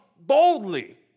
boldly